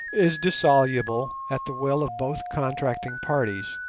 is dissoluble at the will of both contracting parties,